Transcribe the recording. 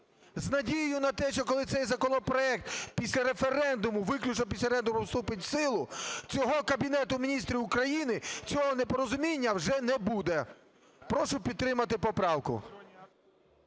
з надією на те, що коли цей законопроект після референдуму, виключно після референдуму, вступить в силу, цього Кабінету Міністрів України, цього непорозуміння вже не буде. Прошу підтримати поправку.